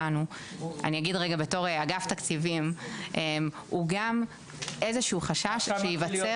בתור אגף תקציבים החשש שלנו הוא גם חשש שייווצר